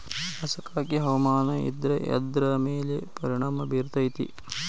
ಮಸಕಾಗಿ ಹವಾಮಾನ ಇದ್ರ ಎದ್ರ ಮೇಲೆ ಪರಿಣಾಮ ಬಿರತೇತಿ?